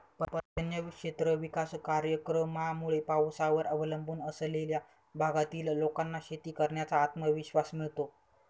पर्जन्य क्षेत्र विकास कार्यक्रमामुळे पावसावर अवलंबून असलेल्या भागातील लोकांना शेती करण्याचा आत्मविश्वास मिळतो